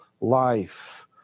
life